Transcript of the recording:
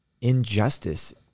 injustice